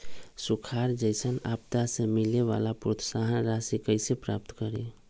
सुखार जैसन आपदा से मिले वाला प्रोत्साहन राशि कईसे प्राप्त करी?